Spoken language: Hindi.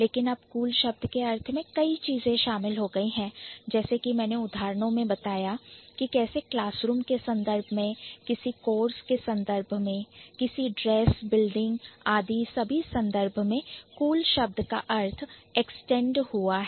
लेकिन अब Cool शब्द के अर्थ में कई चीजें शामिल हो गई हैं जैसे कि हमने उदाहरणों में देखा कि कैसे किसी क्लासरूम के संदर्भ में किसी कोर्स के संदर्भ में किसी ड्रेस बिल्डिंग आदि सभी संदर्भ में Cool शब्द का अर्थ extend एक्सटेंड हुआ है